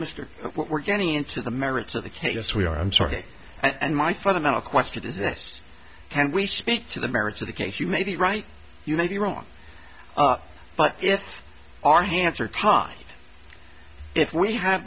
mr we're getting into the merits of the case we are i'm sorry and my fundamental question is this can we speak to the merits of the case you may be right you may be wrong but if our hands are tied if we ha